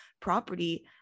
property